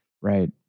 Right